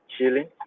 chilling